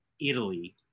Italy